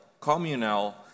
communal